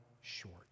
short